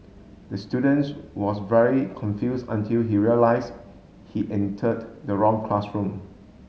the students was very confused until he realised he entered the wrong classroom